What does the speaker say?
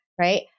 right